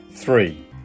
Three